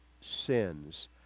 sins